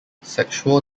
sexual